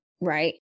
Right